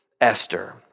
Esther